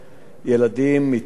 ילדים מצפת,